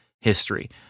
history